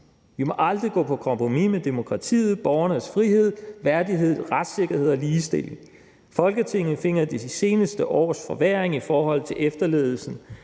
Vi må aldrig gå på kompromis med demokratiet, borgernes frihed, værdighed, retssikkerhed og ligestilling. Folketinget finder de seneste års forværring i forhold til efterlevelsen